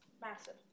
massive